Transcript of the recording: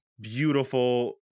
Beautiful